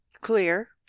Clear